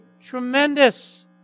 tremendous